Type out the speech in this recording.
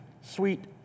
Sweet